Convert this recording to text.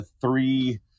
three